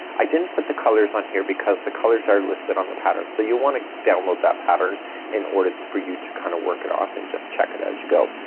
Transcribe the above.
i didn't put the colors on here because the colors are listed on the pattern. so you'll wanna download that pattern in order for you to kinda kind of work it off and just check it as you go.